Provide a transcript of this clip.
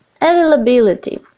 Availability